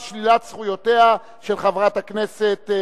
זכות לפי סעיף 10(א) לחוק חסינות חברי הכנסת,